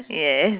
yeah